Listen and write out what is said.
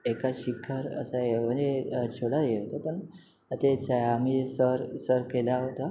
एका शिखर असा मजे छोटा हे होतं पण ते आम्ही सर सर केला होता